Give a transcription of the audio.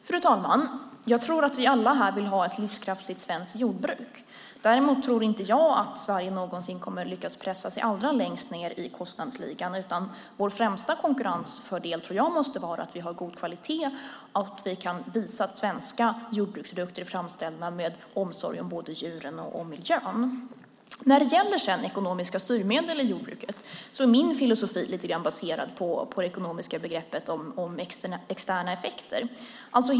Fru talman! Jag tror att vi alla här vill ha ett livskraftigt svenskt jordbruk. Däremot tror jag inte att Sverige någonsin kommer att lyckas pressa sig allra längst ned i kostnadsligan. Vår främsta konkurrensfördel måste vara att vi har god kvalitet och att vi kan visa att svenska jordbruksprodukter är framställda med omsorg om både djuren och miljön. När det gäller ekonomiska styrmedel i jordbruket är min filosofi baserad på det ekonomiska begreppet om externa effekter.